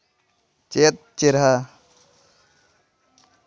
ᱪᱮᱫ ᱪᱮᱨᱦᱟ